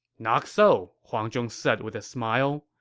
not so, huang zhong said with a smile.